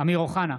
אמיר אוחנה,